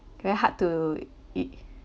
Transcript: very hard to